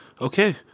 Okay